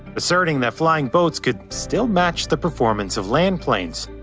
asserting that flying boats could still match the performance of land planes.